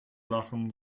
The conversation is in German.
lachen